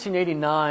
1989